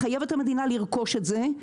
לחייב את המדינה לרכוש את זה,